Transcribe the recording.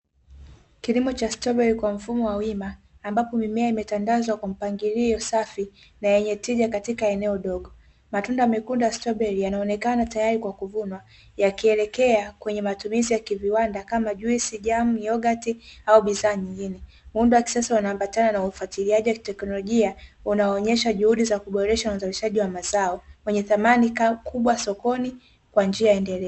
Kilimo cha stroberi kwa mfumo wa wima, ambapo mimea imetandazwa kwa mpangilio safi na yenye tija katika eneo dogo. Matunda mekundu ya stroberi, yanaonekana tayari kwa kuvunwa, yakielekea kwenye matumizi ya kiviwanda kama juisi, jamu, yogati au bidhaa nyingine. Muundo wa kisasa unaoambatana na ufuatiliaji wa kiteknolojia, unaonyesha juhudi za kuboresha uzalishaji wa mazao, wenye thamani kubwa sokoni kwa njia endelevu.